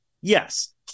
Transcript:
yes